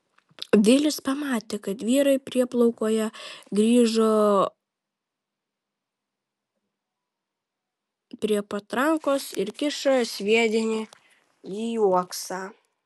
vilis pamatė kad vyrai prieplaukoje grįžo prie patrankos ir kiša sviedinį į uoksą